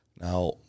Now